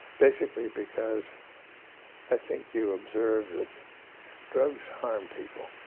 basically because i think you observe that drugs harm people.